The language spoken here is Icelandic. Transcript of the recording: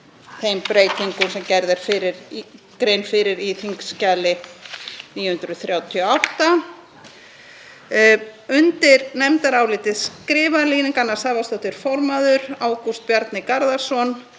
þeim breytingum sem gerð er grein fyrir á þskj. 938. Undir nefndarálitið skrifa Líneik Anna Sævarsdóttir formaður, Ágúst Bjarni Garðarsson,